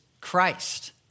Christ